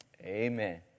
Amen